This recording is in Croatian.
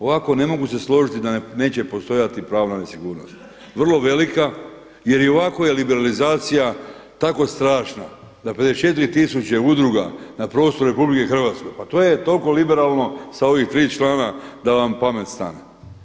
Ovako ne mogu se složiti da neće postojati pravna nesigurnost vrlo velika jer i ovako je liberalizacija tako strašna da 54 tisuće udruga na prostoru Republike Hrvatske pa to je toliko liberalno sa ovih 3 člana da vam pamet stane.